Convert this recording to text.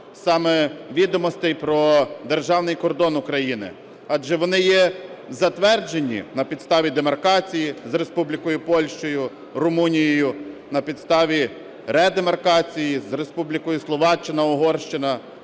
саме відомостей про державний кордон України, адже вони є затверджені на підставі демаркації з Республікою Польщею, Румунією, на підставі редемаркації з Республікою Словаччина, Угорщина,